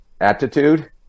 attitude